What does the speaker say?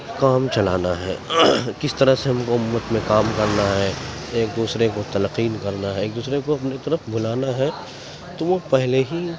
کام چلانا ہے کس طرح سے ہم کو امت میں کام کرنا ہے ایک دوسرے کو تلقین کرنا ہے ایک دورے کو اپنی طرف بلانا ہے تو وہ پہلے ہی